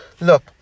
look